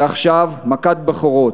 ועכשיו מכת בכורות,